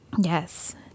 Yes